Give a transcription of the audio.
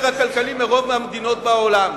הכלכלי טוב יותר מרוב המדינות בעולם.